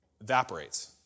Evaporates